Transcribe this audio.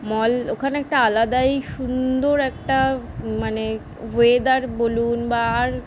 মল ওখানে একটা আলাদাই সুন্দর একটা মানে ওয়েদার বলুন বা আর